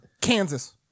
Kansas